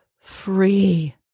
free